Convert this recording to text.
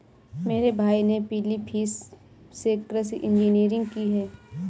मेरे भाई ने फिलीपींस से कृषि इंजीनियरिंग की है